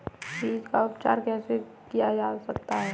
बीज का उपचार कैसे किया जा सकता है?